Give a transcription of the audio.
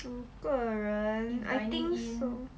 五个人 I think so